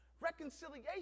Reconciliation